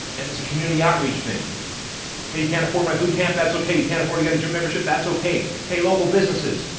and this community outreach thing hey, you can't afford my boot camp, that's okay. you can't afford to get a gym membership, that's okay. hey local businesses,